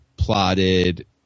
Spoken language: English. plotted